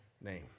name